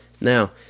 Now